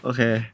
Okay